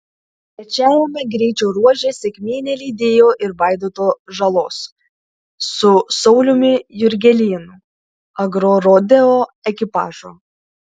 trečiajame greičio ruože sėkmė nelydėjo ir vaidoto žalos su sauliumi jurgelėnu agrorodeo ekipažo